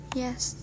yes